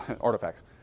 Artifacts